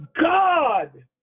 God